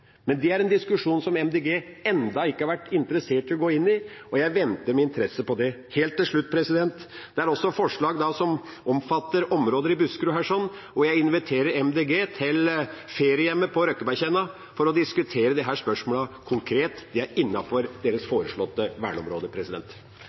Men det er en diskusjon som MDG ennå ikke har vært interessert i å gå inn i, og jeg venter med interesse på det. Helt til slutt: Det er også forslag her som omfatter områder i Buskerud, og jeg inviterer MDG til feriehjemmet på Røkebergtjerna for å diskutere disse spørsmålene konkret. Det er innenfor deres